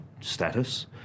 status